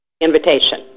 invitation